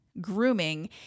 grooming